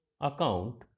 account